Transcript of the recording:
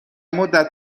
مدت